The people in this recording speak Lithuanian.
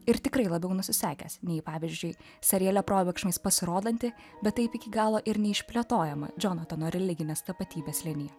ir tikrai labiau nusisekęs nei pavyzdžiui seriale probėgšmais pasirodanti bet taip iki galo ir neišplėtojama džonsono religinės tapatybės linija